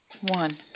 One